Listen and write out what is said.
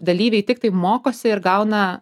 dalyviai tiktai mokosi ir gauna